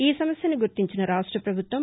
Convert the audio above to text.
ఈ సమస్యను గుర్తించిన రాష్ట ప్రభుత్వం